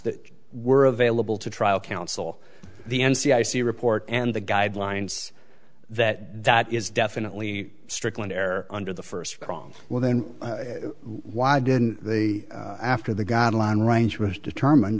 that were available to trial counsel the n c i c report and the guidelines that that is definitely strickland air under the first prong well then why didn't the after the guideline range was determined